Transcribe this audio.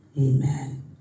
Amen